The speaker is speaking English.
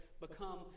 become